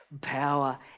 power